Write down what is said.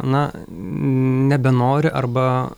na nebenori arba